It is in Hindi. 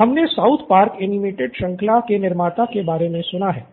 हमने साउथ पार्क एनिमेटेड श्रृंखला के निर्माताओ के बारे मे सुना है